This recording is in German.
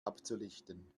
abzulichten